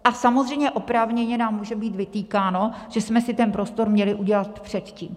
A samozřejmě oprávněně nám může být vytýkáno, že jsme si ten prostor měli udělat předtím.